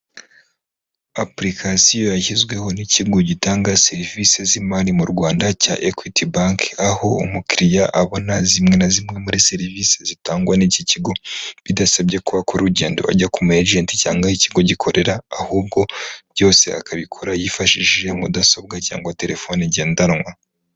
Apulikasiyo yashyizweho n'ikigo gitanga serivisi z'imari mu Rwanda cya Ekwiti banki, aho umukiriya abona zimwe na zimwe muri serivisi zitangwa n'iki kigo bidasabye ko akora urugendo ajya kumu ejenti cyangwa aho ikigo gikorera, ahubwo byose akabikora yifashishije mudasobwa cyangwa telefoni ngendanwa.